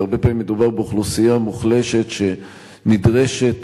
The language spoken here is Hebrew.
והרבה פעמים מדובר באוכלוסייה מוחלשת שנדרשת